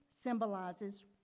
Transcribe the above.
symbolizes